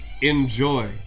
enjoy